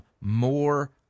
more